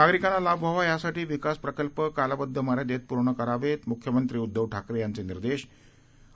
नागरिकांनालाभव्हावायासाठीविकासप्रकल्पकालबद्धमर्यादेतपूर्णकरावेत मुख्यमंत्रीउद्धवठाकरेयांचेनिर्देश आणि